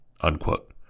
unquote